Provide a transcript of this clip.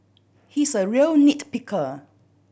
he's a real nit picker